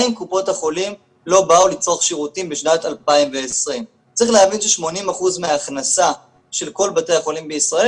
גם אם קופות החולים לא באו לצרוך שירותים בשנת 2020. צריך להבין ש-80% מההכנסה של כל בתי החולים בישראל